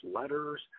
letters